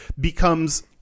becomes